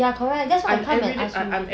ya correct that's why I come and ask you